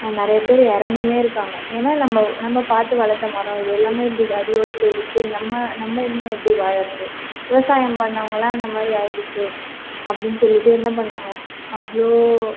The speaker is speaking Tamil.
நிறைய பேர் இறந்துமே இருகாங்க ஏன்னா நம்ப நம்ப பார்த்து வளர்த்த மரம் இது எல்லாமே இப்படி அடியோட போயிடுச்சே நம்ம நம்ம இனிமே எப்படி வாழறது விவசாயம் பண்ணவங்களாம் இந்தமாதிரி ஆயிடுச்சே அப்டினு சொல்லிவிட்டு என்ன பண்ணாங்க அவ்வளோ